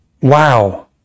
Wow